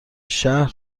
شهر